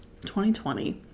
2020